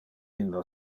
illo